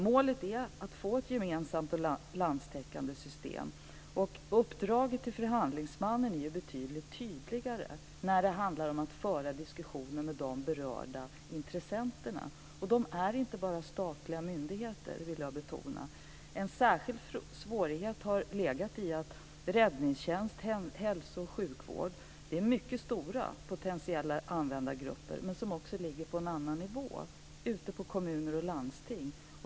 Målet är att få ett gemensamt och landstäckande system. Uppdraget till förhandlingsmannen är betydligt tydligare när det handlar om att föra diskussioner med de berörda intressenterna. Dessa är inte bara statliga myndigheter; det vill jag betona. En särskild svårighet har legat i att räddningstjänst och hälso och sjukvård är mycket stora potentiella användargrupper men ligger på en annan nivå, nämligen ute på kommuner och landsting.